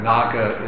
Naga